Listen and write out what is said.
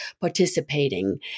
participating